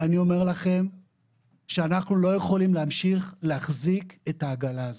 ואני אומר לכם שאנחנו לא יכולים להמשיך להחזיק את העגלה הזאת.